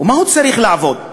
ובמה הוא צריך לעבוד?